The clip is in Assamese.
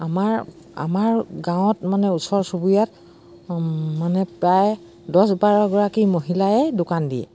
আমাৰ আমাৰ গাঁৱত মানে ওচৰ চুবুৰীয়াত মানে প্ৰায় দছ বাৰগৰাকী মহিলাই দোকান দিয়ে